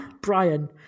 Brian